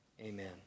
amen